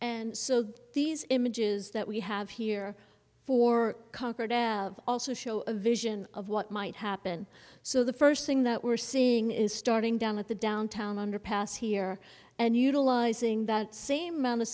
and so these images that we have here for concord have also show a vision of what might happen so the first thing that we're seeing is starting down at the downtown underpass here and utilizing that same amount of